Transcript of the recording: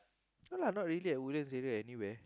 no lah not really at Woodlands area anywhere